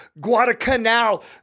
Guadalcanal